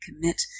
commit